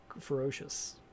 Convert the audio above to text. ferocious